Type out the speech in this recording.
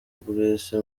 bwinshi